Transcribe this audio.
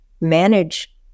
manage